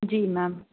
ਜੀ ਮੈਮ